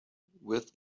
with